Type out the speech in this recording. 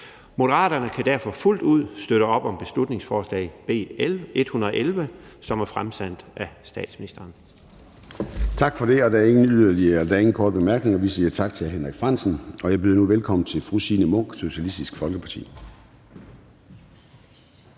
Moderaterne kan derfor fuldt ud støtte op om beslutningsforslag B 111, som er fremsat af statsministeren.